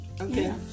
Okay